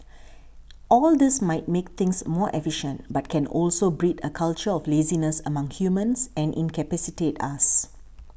all this might make things more efficient but can also breed a culture of laziness among humans and incapacitate us